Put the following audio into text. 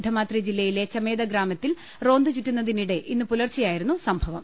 ധമാത്രി ജില്ലയിലെ ചമേദ ഗ്രാമത്തിൽ റോന്തുചുറ്റുന്നതിനിടെ ഇന്നു പുലർച്ചെയായിരുന്നു സംഭവം